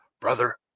Brother